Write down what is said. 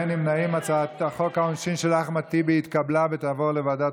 אני קובע שהצעת החוק של חבר הכנסת אופיר כץ התקבלה ותעבור לוועדת